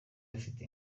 bafite